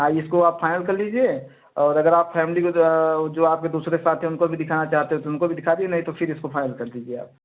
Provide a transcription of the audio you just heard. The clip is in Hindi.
हाँ इसको आप फाइनल कर लीजिए और अगर आप फैमिली को जो आपके दूसरे साथी उनको भी दिखाना चाहते उनको भी दिखा दीजिए नहीं तो फ़िर इसको फाइनल कर लीजिए आप